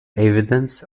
evidence